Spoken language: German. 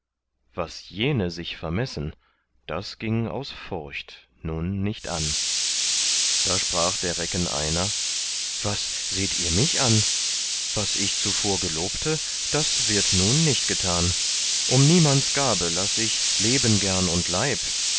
was jene sich vermessen das ging aus furcht nun nicht an da sprach der recken einer was seht ihr mich an was ich zuvor gelobte das wird nun nicht getan um niemands gabe laß ich leben gern und leib